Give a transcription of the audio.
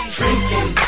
drinking